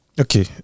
Okay